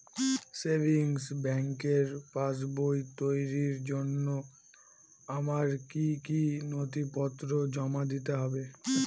Savings ব্যাংকের পাসবই তৈরির জন্য আমার কি কি নথিপত্র জমা দিতে হবে?